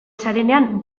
zarenean